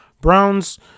Browns